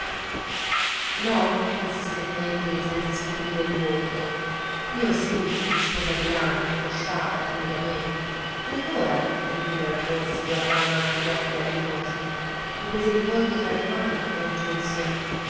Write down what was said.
no insistette egli senza scoprire il volto io sì rispose adriana angosciata timidamente e allora ripigliò il corsi guardandola negli occhi lagrimosi le prese il volto tra le mani e aggiunse